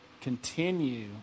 continue